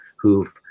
who've